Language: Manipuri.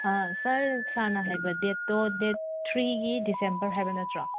ꯁꯔ ꯁꯥꯔꯅ ꯍꯥꯏꯕ ꯗꯦꯠꯇꯣ ꯗꯦꯠ ꯊ꯭ꯔꯤꯒꯤ ꯗꯤꯁꯦꯝꯕꯔ ꯍꯥꯏꯕ ꯅꯠꯇ꯭ꯔꯣ